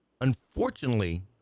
Unfortunately